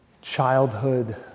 childhood